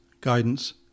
guidance